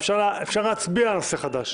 אפשר להצביע על נושא חדש,